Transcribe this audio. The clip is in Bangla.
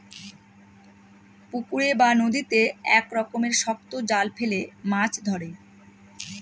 পুকুরে বা নদীতে এক রকমের শক্ত জাল ফেলে মাছ ধরে